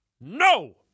No